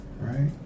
right